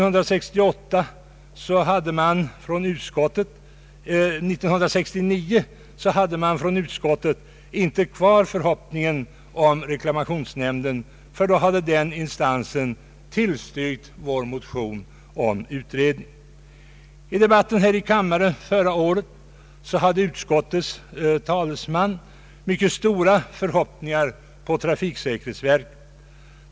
År 1969 hade utskottet inte längre denna förhoppning, eftersom reklamationsnämnden då hade tillstyrkt vår motion om en utredning. I debatten här i kammaren förra året uttalade utskottets talesman mycket stora förhoppningar på trafiksäkerhetsverket.